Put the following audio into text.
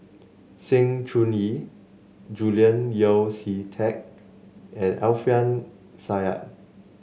Sng Choon Yee Julian Yeo See Teck and Alfian Sa'at